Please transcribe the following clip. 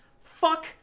Fuck